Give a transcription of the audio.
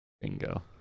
Bingo